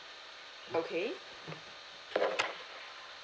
okay